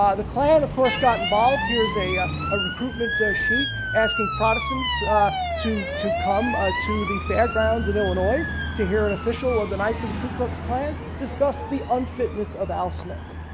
um the klan, of course, got involved. here's a yeah ah recruitment ah sheet asking protestants to to come ah to the fairgrounds in illinois to hear an official of the knights of the ku klux klan to discuss the unfitness of al smith.